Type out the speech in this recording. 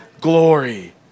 glory